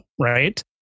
right